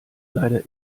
leider